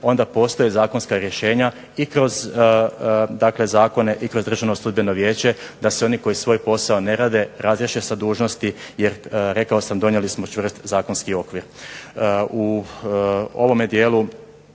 onda postoje zakonska rješenja i kroz dakle zakone i kroz Državno sudbeno vijeće da se oni koji svoj posao ne rade razriješe sa dužnosti jer rekao sam donijeli smo čvrst zakonski okvir.